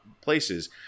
places